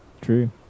True